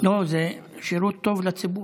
שירות טוב לציבור.